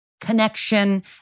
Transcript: connection